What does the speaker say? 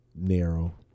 narrow